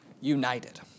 united